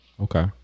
Okay